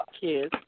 kids